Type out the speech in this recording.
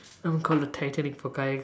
I'm called the Titanic for kayak